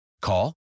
Call